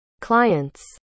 clients